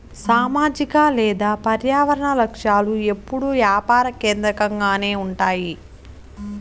సామాజిక లేదా పర్యావరన లక్ష్యాలు ఎప్పుడూ యాపార కేంద్రకంగానే ఉంటాయి